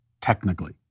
technically